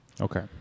Okay